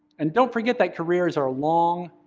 and don't forget that careers are long,